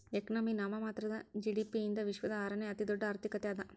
economy ನಾಮಮಾತ್ರದ GDP ಯಿಂದ ವಿಶ್ವದ ಆರನೇ ಅತಿದೊಡ್ಡ್ ಆರ್ಥಿಕತೆ ಅದ